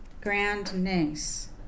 grand-niece